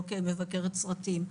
לא כמבקרת סרטים,